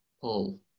pull